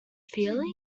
feeling